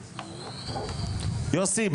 יוסי,